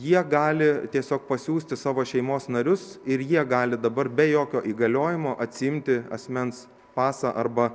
jie gali tiesiog pasiųsti savo šeimos narius ir jie gali dabar be jokio įgaliojimo atsiimti asmens pasą arba